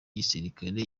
igisirikare